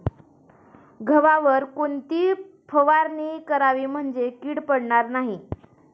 गव्हावर कोणती फवारणी करावी म्हणजे कीड पडणार नाही?